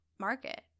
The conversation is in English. market